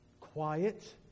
quiet